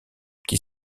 qui